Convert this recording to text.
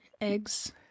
eggs